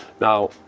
Now